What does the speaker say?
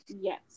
Yes